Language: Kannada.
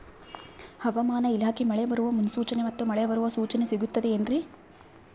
ಹವಮಾನ ಇಲಾಖೆ ಮಳೆ ಬರುವ ಮುನ್ಸೂಚನೆ ಮತ್ತು ಮಳೆ ಬರುವ ಸೂಚನೆ ಸಿಗುತ್ತದೆ ಏನ್ರಿ?